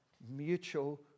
mutual